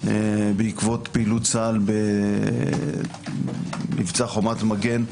בעקבות פעילות צה"ל במבצע חומת מגן,